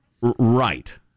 Right